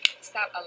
stop